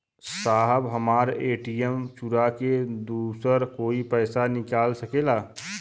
साहब हमार ए.टी.एम चूरा के दूसर कोई पैसा निकाल सकेला?